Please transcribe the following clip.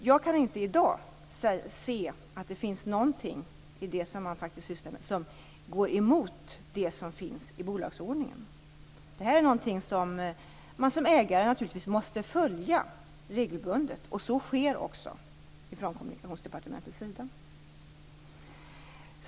Jag kan inte i dag se att någonting av det som Posten sysslar med går emot det som finns i bolagsordningen. Som ägare måste man naturligtvis regelbundet följa detta, och så sker också från Kommunikationsdepartementets sida.